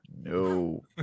no